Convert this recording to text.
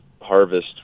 harvest